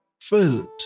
filled